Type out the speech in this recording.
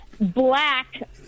black